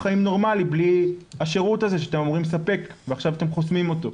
חיים נורמלי בלי השירות הזה שאתם אמורים לספק ועכשיו אתם חוסמים אותו?